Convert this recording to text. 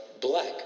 Black